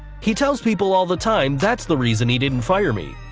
he tells people all the time that's the reason he didn't fire me.